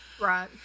Right